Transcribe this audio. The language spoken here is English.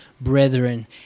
brethren